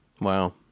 Wow